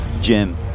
Jim